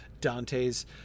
Dante's